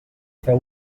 feu